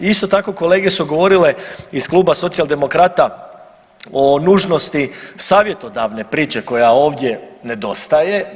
Isto tako kolege su govorile iz kluba Socijaldemokrata o nužnosti savjetodavne priče koja ovdje nedostaje.